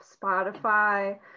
Spotify